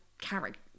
character